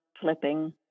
flipping